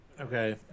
Okay